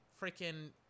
freaking